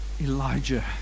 Elijah